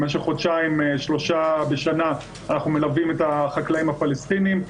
במשך חודשיים שלושה בשנה אנחנו מלווים את החקלאים הפלסטינים.